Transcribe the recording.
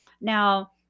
Now